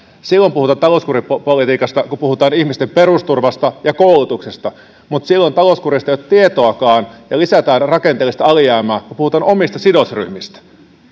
silloin puhutaan talouskuripolitiikasta kun puhutaan ihmisten perusturvasta ja koulutuksesta mutta silloin talouskurista ei ole tietoakaan ja lisätään rakenteellista alijäämää kun puhutaan omista sidosryhmistä